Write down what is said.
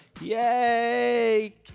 Yay